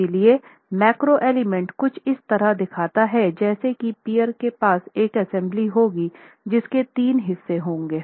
इसलिए macro element कुछ इस तरह दिखता है जैसे कि पीअर के पास एक असेंबली होगी जिसके तीन हिस्से होंगे